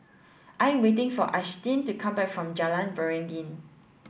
I am waiting for Ashtyn to come back from Jalan Beringin